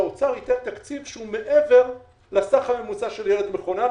שהאוצר ייתן תקציב שהוא מעבר לסך הממוצע של ילד מחונן.